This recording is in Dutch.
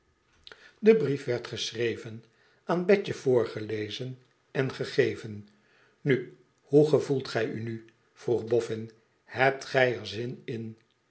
de brief werd geschreven aan betje voorgelezen en gegeven nu hoe gevoelt gij u nu vroeg boffin hebt gij er zm in